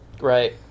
Right